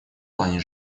плане